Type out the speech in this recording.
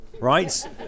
right